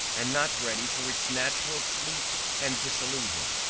and not ready for its natural sleep and dissolution.